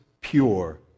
pure